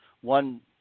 one